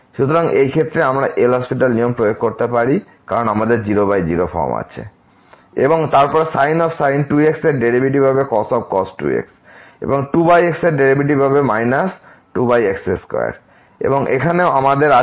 সুতরাং এই ক্ষেত্রে আমরা এখন LHospital নিয়ম প্রয়োগ করতে পারি কারণ আমাদের 00 ফর্ম আছে এবং তারপর sin 2x এর ডেরিভেটিভ হবে cos 2x এবং 2xএর ডেরিভেটিভ হবে 2x2 এবং এখানেও আমাদের আছে 1x2